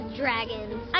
dragons